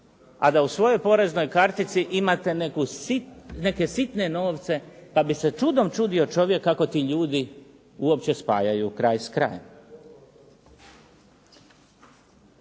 a da u svojoj poreznoj kartici imate neke sitne novce pa bi se čudom čudio čovjek kako ti ljudi uopće spajaju kraj s krajem.